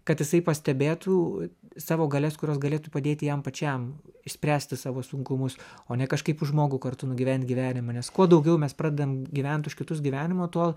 kad jisai pastebėtų savo galias kurios galėtų padėti jam pačiam išspręsti savo sunkumus o ne kažkaip už žmogų kartu nugyvent gyvenimą nes kuo daugiau mes pradedam gyvent už kitus gyvenimo tuo